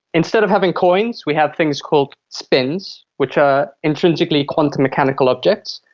instead of having coins we have things called spins, which are intrinsically quantum mechanical objects,